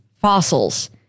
fossils